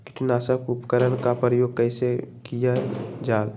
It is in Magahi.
किटनाशक उपकरन का प्रयोग कइसे कियल जाल?